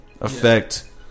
effect